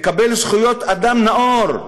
לקבל זכויות אדם נאור,